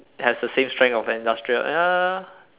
has the same strength of an industrial ya